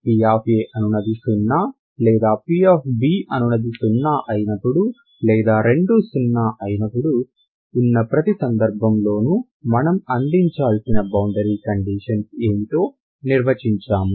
p అనునది 0 లేదా p అనునది 0 అయినప్పుడు లేదా రెండూ 0 అయినప్పుడు ఉన్న ప్రతి సందర్భంలోనూ మనం అందించాల్సిన బౌండరీ కండీషన్స్ ఏమిటో నిర్వచించాము